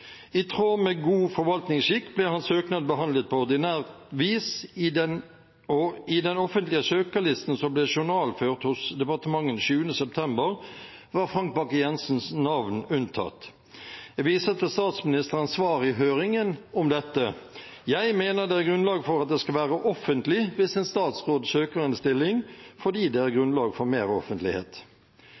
I tråd med god forvaltningsskikk ble hans søknad behandlet på ordinært vis, og i den offentlige søkerlisten som ble journalført hos departementet 7. september, var Frank Bakke-Jensens navn unntatt. Jeg viser til statsministerens svar i høringen om dette: «Jeg mener det er grunnlag for at det skal være offentlig hvis en statsråd søker en stilling, fordi det er grunnlag for